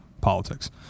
politics